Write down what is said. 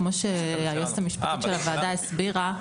כמו שהיועצת המשפטית של הוועדה הסבירה,